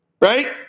Right